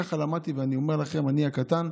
ככה למדתי, ואני אומר לכם, אני הקטן,